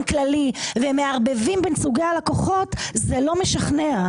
כללי והם מערבבים בין סוגי הלקוחות - זה לא משכנע.